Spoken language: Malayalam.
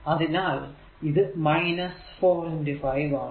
അതിനാൽ ഇത് 4 5 ആണ്